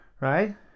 Right